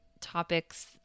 topics